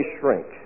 shrink